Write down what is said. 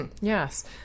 Yes